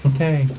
Okay